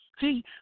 See